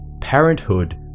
parenthood